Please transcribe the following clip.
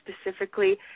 specifically